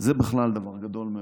זה בכלל דבר גדול מאוד.